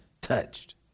touched